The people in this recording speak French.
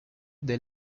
dès